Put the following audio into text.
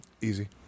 Easy